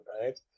right